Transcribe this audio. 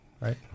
right